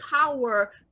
power